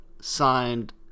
signed